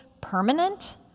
permanent